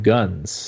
Guns